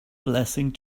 blessing